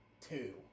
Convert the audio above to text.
two